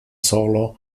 solo